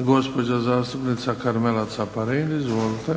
gospođa zastupnica Karmela Caparin. Izvolite.